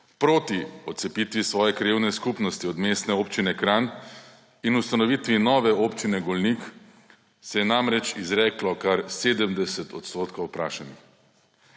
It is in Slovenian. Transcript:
Proti odcepitvi svoje krajevne skupnosti od Mestne občine Kranj in ustanovitvi nove Občine Golnik se je namreč izreklo kar 70 % vprašanih.